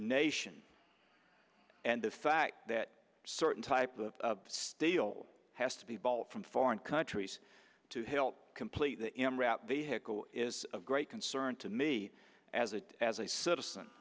nation and the fact that certain type of steel has to be ball from foreign countries to help complete the m route vehicle is of great concern to me as a as a